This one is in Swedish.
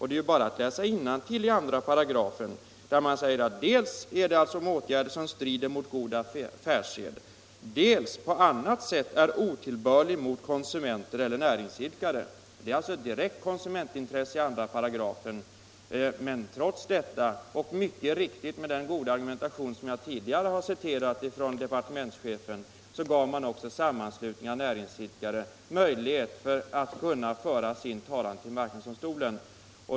Det är bara att läsa innantill i 2 §, där det sägs: ”Företager näringsidkare vid marknadsföring av vara, tjänst eller annan nyttighet 95 reklamåtgärd eller annan handling, som genom att strida mot god affärssed eller på annat sätt är otillbörlig mot konsumenter eller marknadsidkare, kan marknadsdomstolen förbjuda honom att fortsätta därmed eller att företaga annan liknande handling.” Det är alltså ett direkt konsumentintresse som berörs i den paragrafen. Trots detta och den goda argumentation från departementschefen, som jag tidigare har citerat, gav man sammanslutningar av näringsidkare möjlighet att föra sin talan i marknadsdomstolen.